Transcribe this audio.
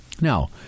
Now